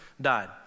died